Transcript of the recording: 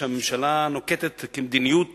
שהממשלה נוקטת כמדיניות